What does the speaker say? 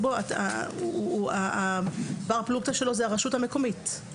בו הבר פלוגתא שלו הוא הרשות המקומית,